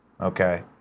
okay